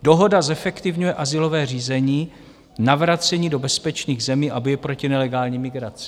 Dohoda zefektivňuje azylové řízení, navracení do bezpečných zemí a boj proti nelegální migraci.